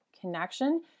connection